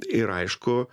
ir aišku